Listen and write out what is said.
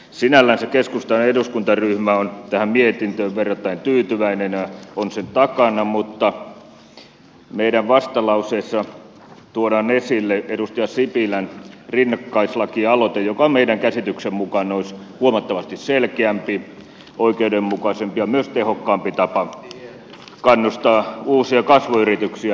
sinällänsä keskustan eduskuntaryhmä on tähän mietintöön verrattain tyytyväinen on sen takana mutta meidän vastalauseessa tuodaan esille edustaja sipilän rinnakkaislakialoite joka meidän käsityksemme mukaan olisi huomattavasti selkeämpi oikeudenmukaisempi ja myös tehokkaampi tapa kannustaa uusia kasvuyrityksiä